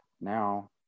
now